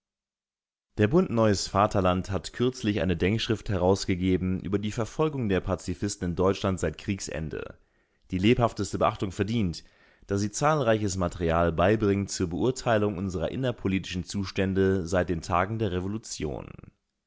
der bund neues vaterland hat kürzlich eine denkschrift herausgegeben über die verfolgungen der pazifisten in deutschland seit kriegsende die lebhafteste beachtung verdient da sie zahlreiches material beibringt zur beurteilung unserer innerpolitischen zustände seit den tagen der revolution